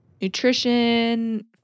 nutrition